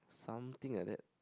something like that